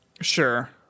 Sure